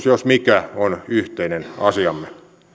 jos mikä on yhteinen asiamme